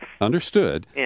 Understood